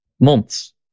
months